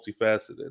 multifaceted